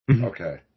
Okay